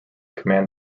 command